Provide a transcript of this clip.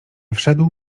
wszedł